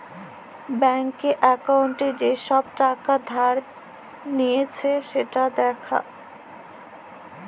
ব্যাংকে একাউল্টে যে ছব টাকা ধার লিঁয়েছে সেট দ্যাখা